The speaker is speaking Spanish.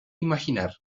imaginar